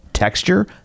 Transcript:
Texture